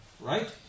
Right